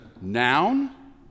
noun